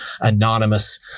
anonymous